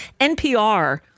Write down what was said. NPR